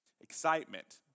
Excitement